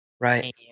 right